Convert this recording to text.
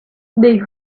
they